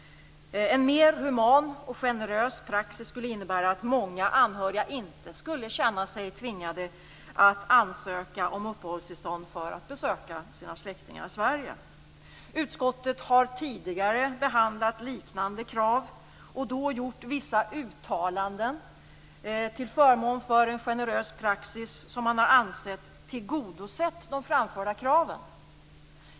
En mer human och generös praxis skulle innebära att många anhöriga inte skulle känna sig tvingade att ansöka om uppehållstillstånd för att besöka sina släktingar i Sverige. Utskottet har tidigare behandlat liknande krav och då gjort vissa uttalanden till förmån för en generös praxis som man ansett tillgodosett de framförda kraven.